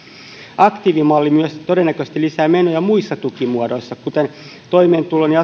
aktiivimalli myös todennäköisesti lisää menoja muissa tukimuodoissa kuten toimeentulotuessa ja